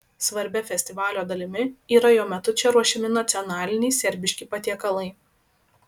svarbia festivalio dalimi yra jo metu čia ruošiami nacionaliniai serbiški patiekalai